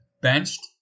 benched